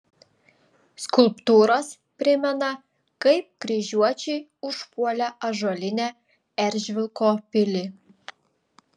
skulptūros primena kaip kryžiuočiai užpuolė ąžuolinę eržvilko pilį